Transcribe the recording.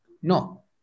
No